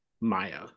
Maya